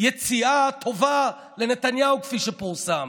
יציאה טובה לנתניהו, כפי שפורסם.